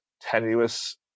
tenuous